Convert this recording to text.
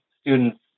students